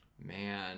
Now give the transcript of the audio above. Man